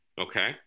Okay